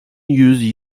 yüz